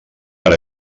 per